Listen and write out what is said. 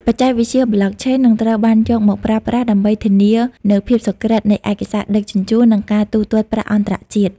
បច្ចេកវិទ្យា Blockchain នឹងត្រូវបានយកមកប្រើប្រាស់ដើម្បីធានានូវភាពសុក្រឹតនៃឯកសារដឹកជញ្ជូន និងការទូទាត់ប្រាក់អន្តរជាតិ។